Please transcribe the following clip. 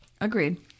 agreed